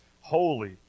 holy